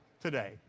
today